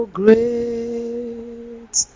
great